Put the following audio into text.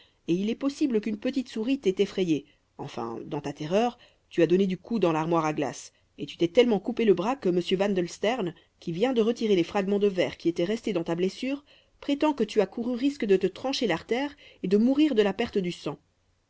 et il est possible qu'une petite souris t'ait effrayée enfin dans ta terreur tu as donné du coude dans l'armoire à glace et tu t'es tellement coupé le bras que m wandelstern qui vient de retirer les fragments de verre qui étaient restés dans ta blessure prétend que tu as couru risque de te trancher l'artère et de mourir de la perte du sang